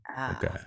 Okay